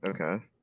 okay